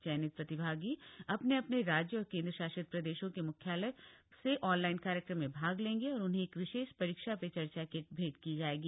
चयनित प्रतिभागी अपने अपने राज्य और केन्द्रशासित प्रदेशों के मुख्यालय से ऑनलाइन कार्यक्रम में भाग लेंगे और उन्हें एक विशेष परीक्षा पे चर्चा किट भैंट की जाएगी